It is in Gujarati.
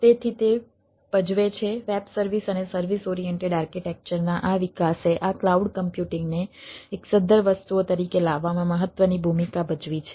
તેથી તે ભજવે છે વેબ સર્વિસ અને સર્વિસ ઓરિએન્ટેડ આર્કિટેક્ચરના આ વિકાસે આ ક્લાઉડ કમ્પ્યુટિંગને એક સધ્ધર વસ્તુઓ તરીકે લાવવામાં મહત્વની ભૂમિકા ભજવી છે